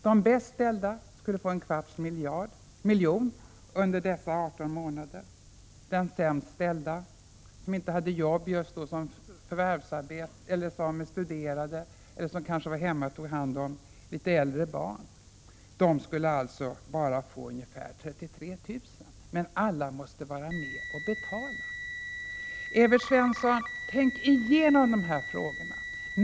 De bäst ställda skulle få en kvarts miljon under dessa 18 månader, den sämst ställda, som inte hade jobb, som studerade eller kanske var hemma och tog hand om äldre barn, skulle bara få ungefär 33 000. Men alla måste vara med och betala. Evert Svensson, tänk igenom de här frågorna!